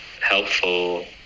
helpful